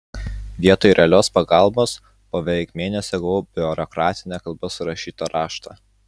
vietoj realios pagalbos po beveik mėnesio gavau biurokratine kalba surašytą raštą